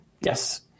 yes